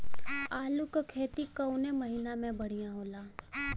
आलू क खेती कवने महीना में बढ़ियां होला?